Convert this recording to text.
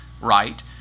right